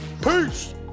Peace